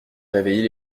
réveiller